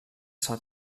se’l